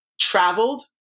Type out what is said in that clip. traveled